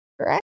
correct